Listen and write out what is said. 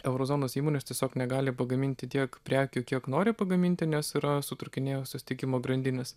euro zonos įmonės tiesiog negali pagaminti tiek prekių kiek nori pagaminti nes yra sutrūkinėjusios tiekimo grandinės